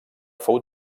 fou